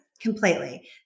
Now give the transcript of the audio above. Completely